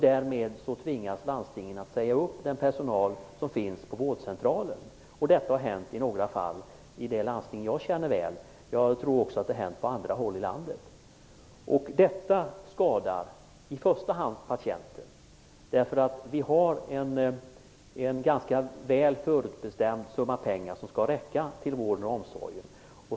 Därmed tvingas landstingen att säga upp personal på vårdcentraler. Detta har hänt i några fall i det landsting som jag väl känner till. Jag tror också att detta har hänt på andra håll ute i landet. Detta skadar i första hand patienten. Vi har ju en ganska så väl förutbestämd summa pengar som skall räcka till vården och omsorgen.